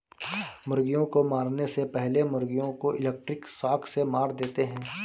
मुर्गियों को मारने से पहले मुर्गियों को इलेक्ट्रिक शॉक से मार देते हैं